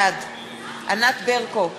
בעד ענת ברקו,